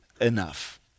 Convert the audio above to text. enough